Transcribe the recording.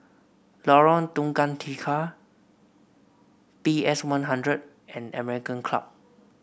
Lorong Tukang Tiga P S One Hundred and American Club